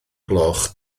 gloch